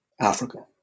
Africa